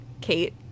kate